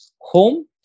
home